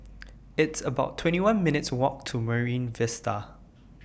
It's about twenty one minutes' Walk to Marine Vista